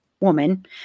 woman